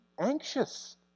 anxious